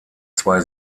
zwei